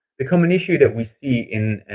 the common issue that we see in